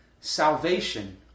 Salvation